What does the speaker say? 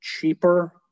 cheaper